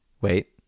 wait